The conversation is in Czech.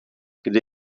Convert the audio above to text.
kde